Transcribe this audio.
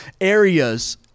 areas